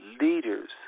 leaders